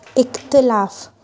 इख़्तिलाफ़ु